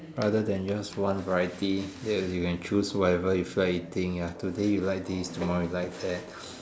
other than just one variety ya you can choose whatever you feel like eating ya today you like this tomorrow you like that